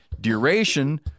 duration